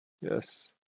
Yes